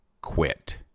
quit